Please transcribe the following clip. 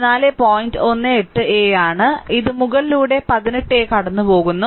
18 a ആണ് ഇത് മുകളിലുള്ള 18 a കടന്നുപോകുന്നു